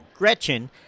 Gretchen